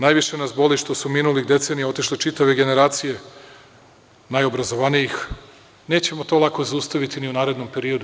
Najviše nas boli što su minulih decenija otišle čitave generacije najobrazovanijih, nećemo to lako zaustaviti ni u narednom periodu.